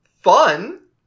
fun